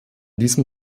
diesem